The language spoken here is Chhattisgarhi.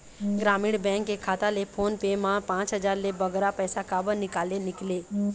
ग्रामीण बैंक के खाता ले फोन पे मा पांच हजार ले बगरा पैसा काबर निकाले निकले?